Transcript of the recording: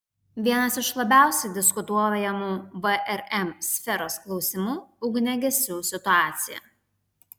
vienas iš labiausiai diskutuojamų vrm sferos klausimų ugniagesių situacija